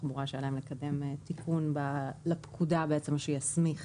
התחבורה שהיה להם מקדם תיקון לפקודה שיסמיך